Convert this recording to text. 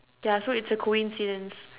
ya so it's a coincidence